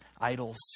idols